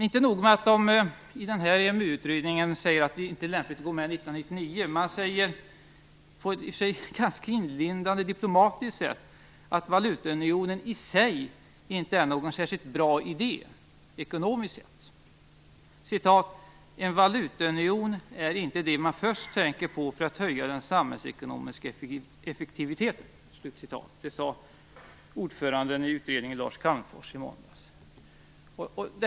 Inte nog med att man i EMU-utredningen säger att det inte är lämpligt att gå med i EMU 1999 säger man på ett i och för sig inlindat diplomatiskt sätt att valutaunionen i sig inte är någon särskilt bra idé ekonomiskt sett. En valutaunionen är inte det man först tänker på för att höja den samhällsekonomiska effektiviteten, sade utredningens ordförande Lars Calmfors i måndags.